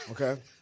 Okay